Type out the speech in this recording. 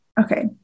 Okay